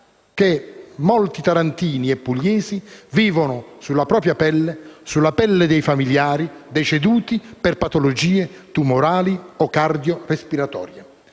che molti tarantini e pugliesi vivono sulla propria pelle e su quella dei propri familiari, deceduti per patologie tumorali o cardiorespiratorie.